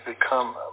become